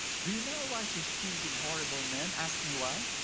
do you know why she's choosing horrible men? ask me why?